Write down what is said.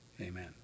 Amen